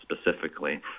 specifically